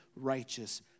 righteous